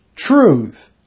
truth